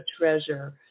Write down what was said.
treasure